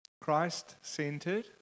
Christ-Centered